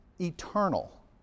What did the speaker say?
eternal